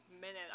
minute